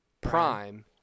Prime